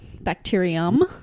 bacterium